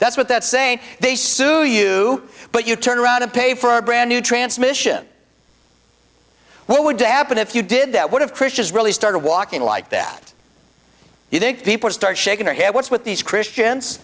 that's what that's saying they suit you but you turn around to pay for a brand new transmission what would happen if you did that would have christians really started walking like that you think people start shaking their head what's with these christians